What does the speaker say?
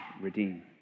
redeem